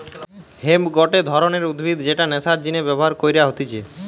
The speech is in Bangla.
হেম্প গটে ধরণের উদ্ভিদ যেটা নেশার জিনে ব্যবহার কইরা হতিছে